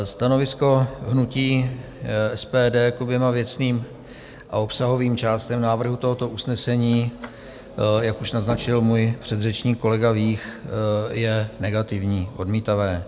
Stanovisko hnutí SPD k oběma věcným a obsahovým částem návrhu tohoto usnesení, jak už naznačil můj předřečník kolega Vích, je negativní, odmítavé.